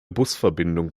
busverbindung